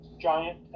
giant